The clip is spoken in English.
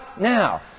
now